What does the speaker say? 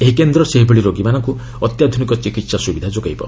ଏହି କେନ୍ଦ୍ର ସେହିଭଳି ରୋଗୀମାନଙ୍କୁ ଅତ୍ୟାଧୁନିକ ଚିକିତ୍ସା ସ୍ତବିଧା ଯୋଗାଇବ